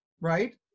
right